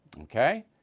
Okay